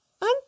And